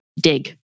dig